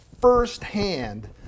firsthand